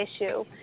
issue